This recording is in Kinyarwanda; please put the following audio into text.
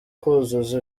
kuzuza